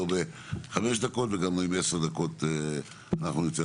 לא בחמש דקות וגם עם 10 דקות אנחנו ניתן,